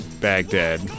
Baghdad